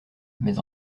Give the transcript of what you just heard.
mais